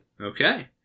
Okay